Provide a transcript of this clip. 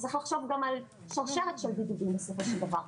צריך לחשוב גם על שרשרת של בידודים בסופו של דבר.